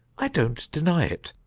i don't deny it.